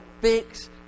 fix